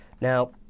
Now